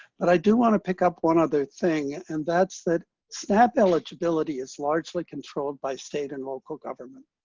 but i do want to pick up one other thing, and that's that snap eligibility is largely controlled by state and local government.